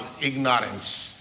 ignorance